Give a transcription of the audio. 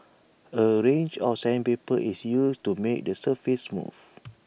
A range of sandpaper is used to make the surface smooth